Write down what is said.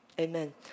Amen